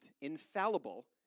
infallible